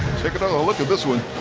look at this one.